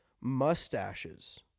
mustaches